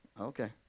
Okay